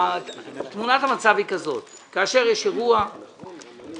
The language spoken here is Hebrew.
תמונת המצב היא שכאשר יש אירוע מלחמתי,